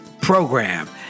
program